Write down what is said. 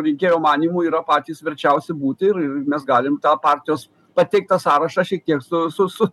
rinkėjo manymu yra patys verčiausi būti ir mes galime tą partijos pateiktą sąrašą šiek tiek su